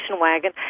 wagon